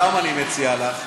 למה אני מציע לך?